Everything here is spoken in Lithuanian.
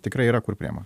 tikrai yra kur priima